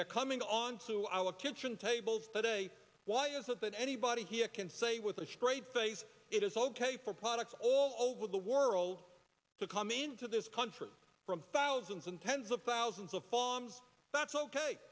they're coming on to our kitchen tables that day why is it that anybody here can say with a straight face it is ok for products all over the world to come into this country from thousands and tens of thousands of farms that's ok